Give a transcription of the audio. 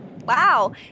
Wow